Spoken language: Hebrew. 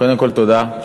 קודם כול, תודה.